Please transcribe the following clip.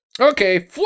okay